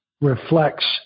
reflects